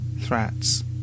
threats